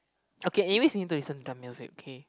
okay anyways you need to listen to their music okay